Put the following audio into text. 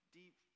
deep